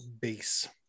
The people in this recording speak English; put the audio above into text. base